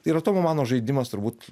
tai yra tomo mano žaidimas turbūt